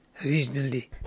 regionally